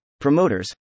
promoters